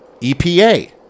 EPA